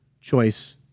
choice